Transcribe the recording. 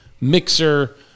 mixer